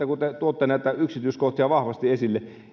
kun te tuotte näitä yksityiskohtia vahvasti esille